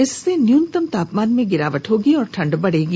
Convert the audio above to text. इससे न्यूनतम तापमान में गिरावट होगी और ठंढ बढ़ेगी